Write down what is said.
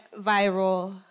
viral